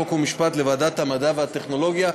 חוק ומשפט לוועדת המדע והטכנולוגיה.